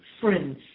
friends